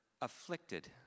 afflicted